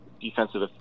defensive